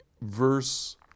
verse